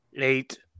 Eight